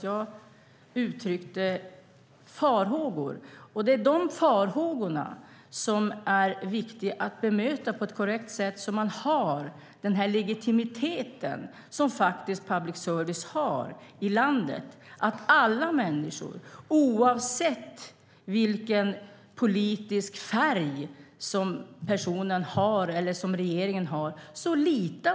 Jag uttryckte farhågor, och det är dessa farhågor som är viktiga att bemöta på ett korrekt sätt så att man har den legitimitet public service faktiskt har i landet - att alla människor litar på public service oavsett vilken politisk färg personen eller regeringen har.